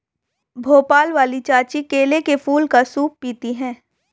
भोपाल वाली चाची केले के फूल का सूप पीती हैं